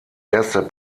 erster